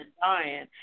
dying